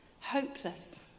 hopeless